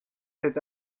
cet